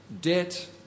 debt